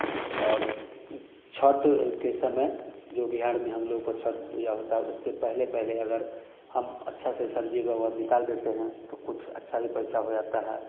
और छठ के समय जो बिहार में हम लोग का छठ पूजा होता है उससे पहले पहले अगर हम अच्छा सा सब्ज़ी का निकाल देते हैं तो कुछ अच्छा ही पैसा हो जाता है